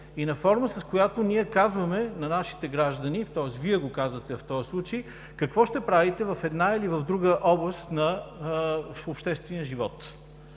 и форма, с която казваме на нашите граждани, тоест Вие го казвате в този случай, какво ще правите в една или в друга област на обществения живот.